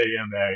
AMA